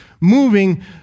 moving